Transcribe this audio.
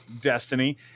Destiny